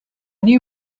new